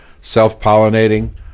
self-pollinating